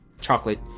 chocolate